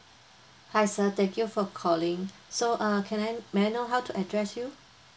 hi sir thank you for calling so uh can I may I know how to address you